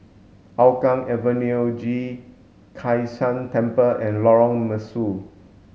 Hougang Avenue G Kai San Temple and Lorong Mesu